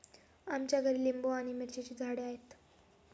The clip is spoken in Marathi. आमच्या घरी लिंबू आणि मिरचीची झाडे आहेत